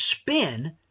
spin